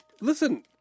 Listen